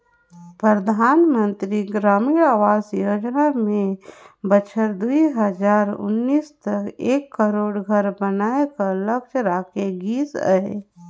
परधानमंतरी ग्रामीण आवास योजना में बछर दुई हजार उन्नीस तक एक करोड़ घर बनाए कर लक्छ राखे गिस अहे